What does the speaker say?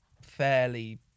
fairly